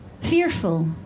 fearful